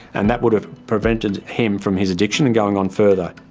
and that would have prevented him from his addiction and going on further.